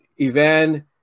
Ivan